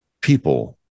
people